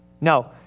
No